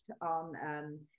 on